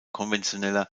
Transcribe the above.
konventioneller